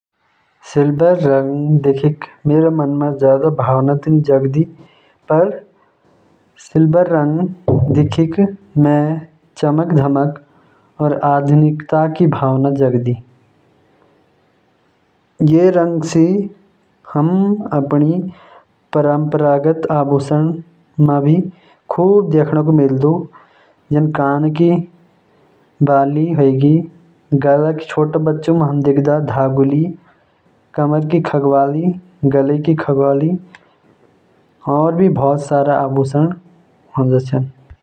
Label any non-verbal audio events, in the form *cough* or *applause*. सिल्वर रंग देखदा म चमक-धमक और आधुनिकता क भावना जागदा। *noise* यु रंग अपण परंपरागत आभूषण म भी खूब देखनु मिलदा।